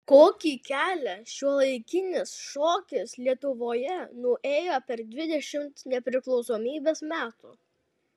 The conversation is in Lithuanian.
kokį kelią šiuolaikinis šokis lietuvoje nuėjo per dvidešimt nepriklausomybės metų